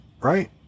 right